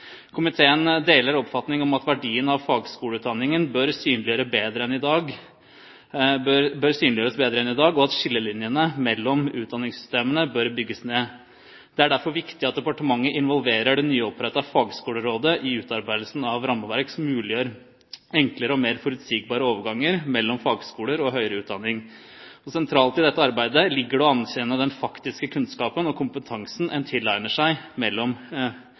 Komiteen deler oppfatning om at verdien av fagskoleutdanningen bør synliggjøres bedre enn i dag, og at skillelinjene mellom utdanningssystemene bør bygges ned. Det er derfor viktig at departementet involverer det nyopprettede fagskolerådet i utarbeidelsen av rammeverk som muliggjør enklere og mer forutsigbare overganger mellom fagskoler og høyere utdanning. Sentralt i dette arbeidet ligger det å anerkjenne den faktiske kunnskapen og kompetansen man tilegner seg